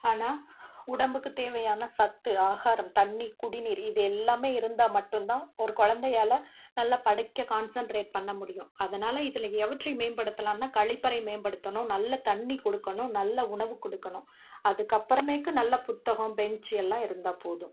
ஆனால் உடம்புக்குத் தேவையான சத்து ஆகாரம் தண்ணி குடிநீர் இது எல்லாமே இருந்தால் மட்டுந்தான் ஒரு குழந்தையால நல்லா படிக்க கான்சென்ட்ரேட் பண்ண முடியும் அதனால இதில் எவற்றை மேம்படுத்தலான்னால் கழிப்பறை மேம்படுத்தணும் நல்ல தண்ணி கொடுக்கணும் நல்ல உணவு கொடுக்கணும் அதுக்கப்புறமேக்கு நல்ல புத்தகம் பெஞ்சு எல்லாம் இருந்தால் போதும்